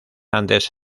antes